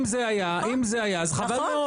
אם זה היה, אם זה היה אז חבל מאוד.